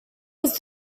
was